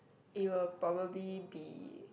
it will probably be